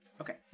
Okay